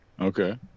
Okay